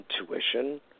intuition